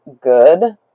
good